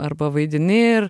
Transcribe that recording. arba vaidini ir